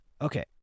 Okay